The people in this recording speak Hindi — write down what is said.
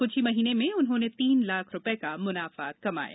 कुछ ही महीने में उन्होंाने तीन लाख रूपये का मुनाफा कमाया